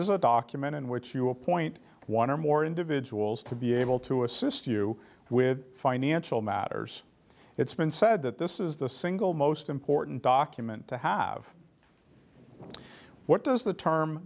is a document in which you appoint one or more individuals to be able to assist you with financial matters it's been said that this is the single most important document to have what does the term